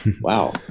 Wow